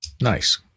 Nice